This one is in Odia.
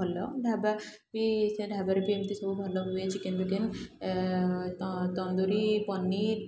ଭଲ ଢାବା ବି ସେ ଢାବାରେ ବି ଏମିତି ସବୁ ଭଲ ହୁଏ ଚିକେନ୍ଫିକେନ୍ ତନ୍ଦୁରୀ ପନିର୍